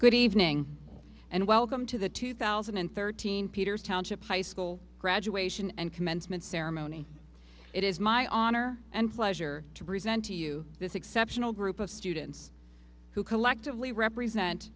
good evening and welcome to the two thousand and thirteen peters township high school graduation and commencement ceremony it is my honor and pleasure to present to you this exceptional group of students who collectively represent